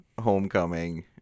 Homecoming